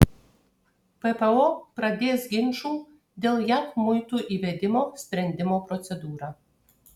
ppo pradės ginčų dėl jav muitų įvedimo sprendimo procedūrą